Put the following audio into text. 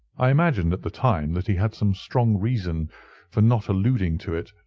i imagined at the time that he had some strong reason for not alluding to it,